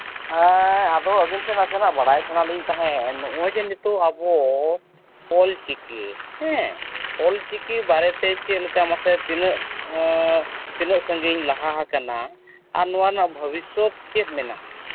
ᱦᱮᱸ ᱟᱫᱚ ᱟᱹᱵᱤᱱ ᱴᱷᱮᱱ ᱱᱟᱥᱮᱱᱟᱜ ᱵᱟᱲᱟᱭ ᱥᱟᱱᱟᱞᱤᱧ ᱛᱟᱦᱮᱱ ᱱᱚᱜᱼᱚᱭ ᱡᱮ ᱱᱤᱛᱚᱜ ᱟᱵᱚ ᱚᱞᱪᱤᱠᱤ ᱦᱮᱸ ᱚᱞᱪᱤᱠᱤ ᱵᱟᱨᱮᱛᱮ ᱪᱮᱫᱞᱮᱠᱟ ᱢᱟᱥᱮ ᱛᱤᱱᱟᱹᱜ ᱛᱤᱱᱟᱹᱜ ᱥᱟᱺᱜᱤᱧ ᱞᱟᱦᱟ ᱟᱠᱟᱱᱟ ᱟᱨ ᱱᱚᱣᱟ ᱨᱮᱱᱟᱜ ᱵᱷᱚᱵᱤᱥᱥᱚᱛ ᱪᱮᱫ ᱢᱮᱱᱟᱜᱼᱟ